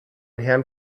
herrn